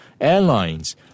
airlines